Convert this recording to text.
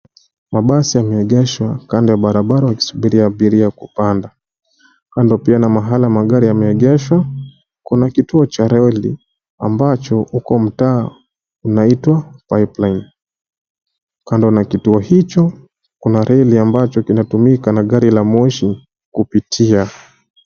Mabasi yameegeshwa kando ya barabara yakisubiri abiria kupanda. Kando pia na mahala magari yameegeshwa kuna kituo cha reli ambacho uko mtaa unaitwa Pipeline. Kando na kituo hicho kuna reli ambacho kinatumika na gari la moshi kupitia.